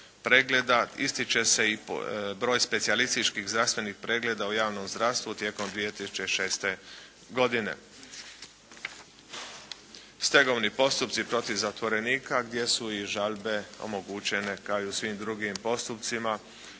Ističe se i broj specijalističkih zdravstvenih pregleda u javnom zdravstvu tijekom 2006. godine. Stegovni postupci protiv zatvorenika gdje su i žalbe omogućene kao i u svim drugim postupcima,